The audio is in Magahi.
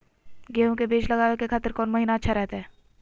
गेहूं के बीज लगावे के खातिर कौन महीना अच्छा रहतय?